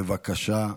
בבקשה,